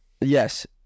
Yes